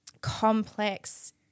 complex